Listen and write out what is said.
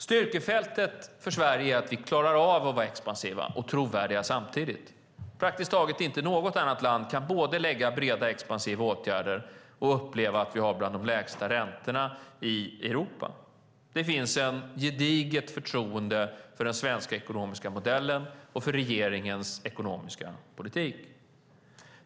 Styrkefältet för Sverige är att vi klarar av att vara expansiva och trovärdiga samtidigt. Det finns praktiskt taget inget annat land som kan både sätta in breda expansiva åtgärder och uppleva bland de lägsta räntorna i Europa. Det finns ett gediget förtroende för den svenska ekonomiska modellen och för regeringens ekonomiska politik.